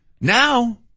Now